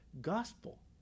gospel